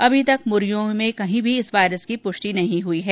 अभी तक मुर्गियों में कहीं भी इस वायरस की पृष्टि नहीं हई है